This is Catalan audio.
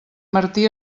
martí